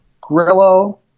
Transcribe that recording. Grillo